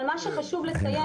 אבל מה שחשוב לציין,